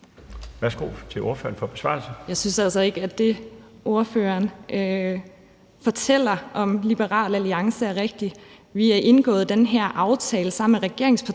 11:51 Sandra Elisabeth Skalvig (LA): Jeg synes ikke, at det, ordføreren fortæller om Liberal Alliance, er rigtigt. Vi har indgået den her aftale sammen med regeringspartierne